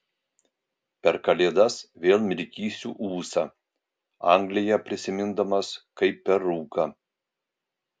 per kalėdas vėl mirkysiu ūsą angliją prisimindamas kaip per rūką